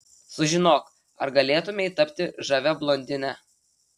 sužinok ar galėtumei tapti žavia blondine